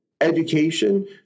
education